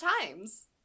times